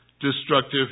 destructive